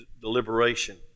deliberation